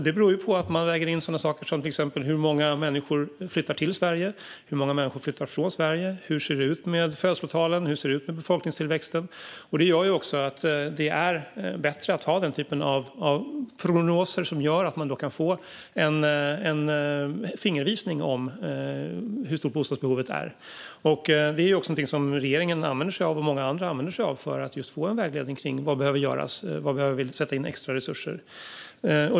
Det beror på att man väger in sådant som till exempel hur många människor som flyttar till Sverige, hur många som flyttar från Sverige, hur det ser ut med födslotalen och med befolkningstillväxten och så vidare. Det gör att det är bättre att ha den typen av prognoser som gör att man kan få en fingervisning om hur stort bostadsbehovet är. Detta är också något som regeringen och många andra använder för att få en vägledning när det gäller vad som behöver göras och var vi behöver sätta in extra resurser.